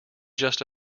just